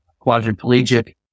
quadriplegic